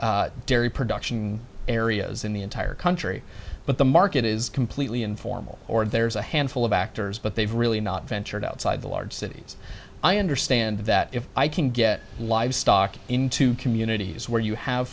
dairy production areas in the entire country but the market is completely informal or there's a handful of actors but they've really not ventured outside the large cities i understand that if i can get livestock into communities where you have